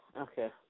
Okay